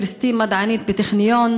וכריסטין מדענית בטכניון.